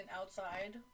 outside